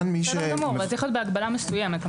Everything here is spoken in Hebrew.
בסדר גמור, אבל זה צריך להיות בהגבלה מסוימת.